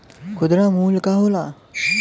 खुदरा मूल्य का होला?